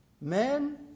men